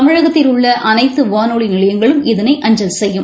தமிழகத்தில் உள்ளஅனைத்துவானொலிநிலையங்களும் இதனை அஞ்சல் செய்யும்